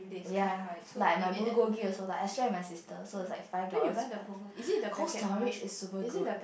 ya like my bulgogi also like I share with my sister so is like five dollars plus Cold-Storage is super good